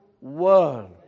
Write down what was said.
world